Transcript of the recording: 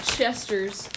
Chester's